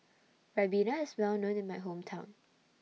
Ribena IS Well known in My Hometown